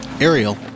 Ariel